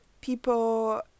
people